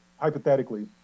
hypothetically